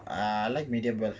ah I like medium well